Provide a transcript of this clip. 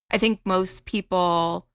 i think most people